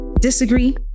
disagree